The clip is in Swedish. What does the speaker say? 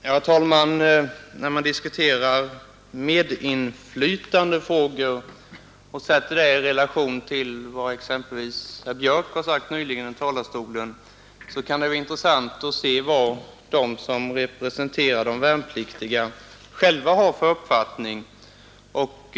Herr talman! När man diskuterar medinflytandefrågor och sätter dem i relation till vad exempelvis herr Björck sagt nyss i talarstolen, kan det vara intressant att se vad de som representerar de värnpliktiga själva har för uppfattning.